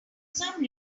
some